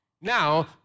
now